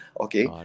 Okay